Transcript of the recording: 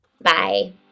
Bye